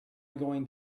going